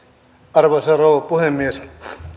arvoisa rouva puhemies